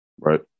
Right